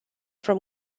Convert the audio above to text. from